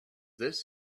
this